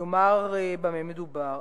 אני אומר במה מדובר.